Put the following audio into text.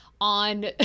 on